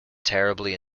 terribly